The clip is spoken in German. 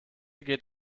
geht